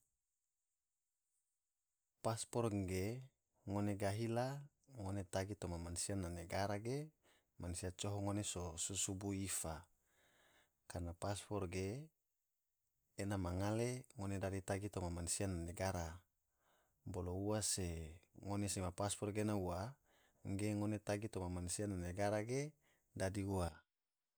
Paspor ge ngone gahi la ngone tagi toma mansia na negara ge mansia coho ngone so susu bui ifa, karana paspor ge ena mangale tora ngone dadi tagi toma manssia na nagara, bolo ua se ngone sema paspor gena ua ge ngone tagi toma mansia na negara dadi ua.